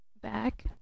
back